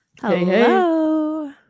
Hello